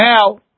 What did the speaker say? now